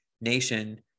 nation